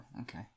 okay